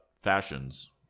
Fashions